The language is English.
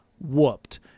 whooped